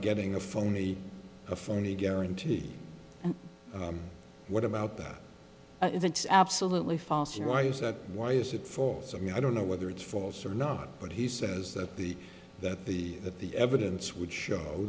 getting a phony a phony guarantee and what about that if it's absolutely false and why is that why is it for us i mean i don't know whether it's false or not but he says that the that the that the evidence would show